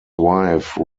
wife